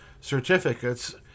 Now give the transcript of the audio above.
certificates